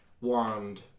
Wand